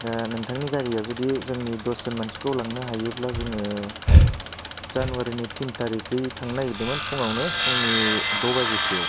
दा नोंथांनि गारिया जुदि जोंनि दसजन मानसिखौ लांनो हायोब्ला जोङो जानुवारिनि थिन थारिगै थांनो नागिरदोंमोन फुङावनो फुंनि द' बाजिसोआव